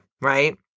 right